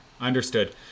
understood